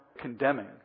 condemning